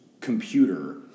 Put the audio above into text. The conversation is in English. computer